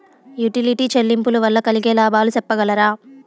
Utility చెల్లింపులు వల్ల కలిగే లాభాలు సెప్పగలరా?